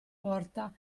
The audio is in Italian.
porta